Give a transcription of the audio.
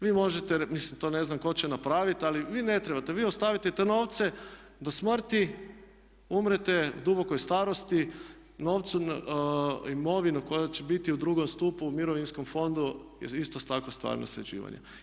Vi možete, mislim to ne znam tko će napraviti, ali vi ne trebate, vi ostavite te novce do smrti, umrete u dubokoj starosti, imovinu koja će biti u II. stupu mirovinskog fonda je isto tako stvar nasljeđivanja.